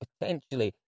potentially